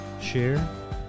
share